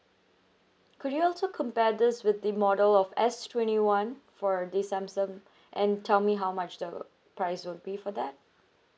could you also compare this with the model of S twenty one for the samsung and tell me how much the price will be for that